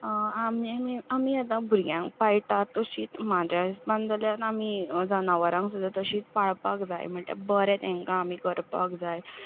आमी आतां भुरग्यांक पाळटात तशींच म्हाज्या हिसबान जाल्यार आमी जनावरांक सुद्दां तशींच पाळपाक जाय म्हटल्यार बरें तेंकां आमी करपाक जाय